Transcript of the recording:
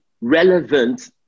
relevant